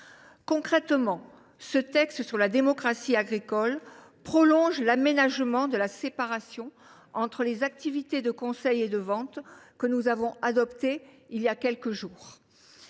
Concrètement, ce texte sur la démocratie agricole prolonge l’aménagement de la séparation entre les activités de conseil et de vente que nous avons adoptée ici même voilà quelques jours.